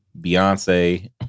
Beyonce